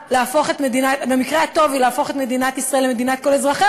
הטוב להפוך את מדינת ישראל למדינת כל אזרחיה,